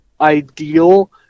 ideal